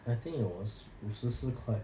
I think it was 五十四块